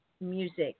music